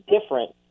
different